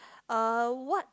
uh what